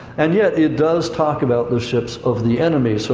and yet, it does talk about the ships of the enemy. so